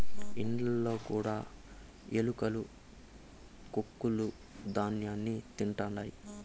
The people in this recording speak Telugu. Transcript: ఇండ్లలో కూడా ఎలుకలు కొక్కులూ ధ్యాన్యాన్ని తింటుంటాయి